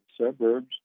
suburbs